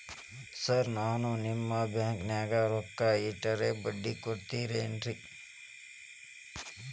Sir ನಾನು ನಿಮ್ಮ ಬ್ಯಾಂಕನಾಗ ರೊಕ್ಕ ಇಟ್ಟರ ಬಡ್ಡಿ ಕೊಡತೇರೇನ್ರಿ?